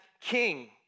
king